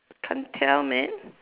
can't tell man